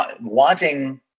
wanting